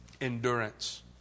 Endurance